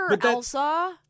Elsa